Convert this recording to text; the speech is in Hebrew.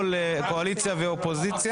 בבקשה, משפט אחרון.